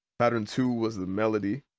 bpattern two was the melody.